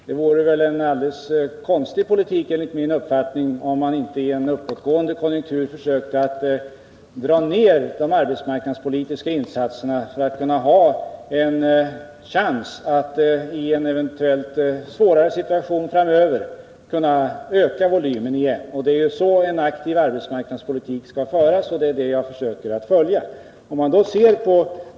Det vore enligt min uppfattning en konstig politik om man inte i en uppåtgående konjunktur försökte dra ned de arbetsmarknadspolitiska insatserna för att ha chansen att i en eventuellt svårare situation framöver öka volymen igen. Det är så en aktiv arbetsmarknadspolitik skall föras, och det är den regeln jag försöker följa.